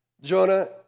Jonah